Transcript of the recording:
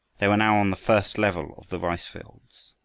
they were now on the first level of the rice-fields.